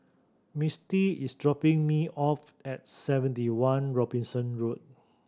Mistie is dropping me off at Seventy One Robinson Road